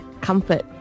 comfort